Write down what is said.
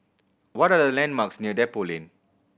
what are the landmarks near Depot Lane